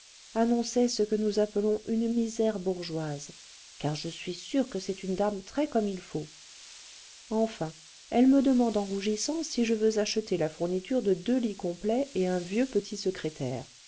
annonçaient ce que nous appelons une misère bourgeoise car je suis sûre que c'est une dame très comme il faut enfin elle me demande en rougissant si je veux acheter la fourniture de deux lits complets et un vieux petit secrétaire